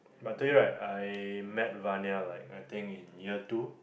I told you right I met Varnia like I think in year two